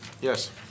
Yes